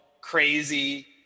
crazy